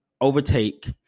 overtake